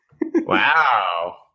Wow